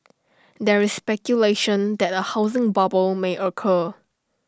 there is speculation that A housing bubble may occur